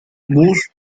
bush